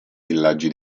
villaggi